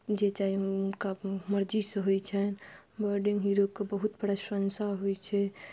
जे चाही हुनका मर्जी से होइ छनि बर्डिंग हीरोके बहुत प्रशंसा होइ छै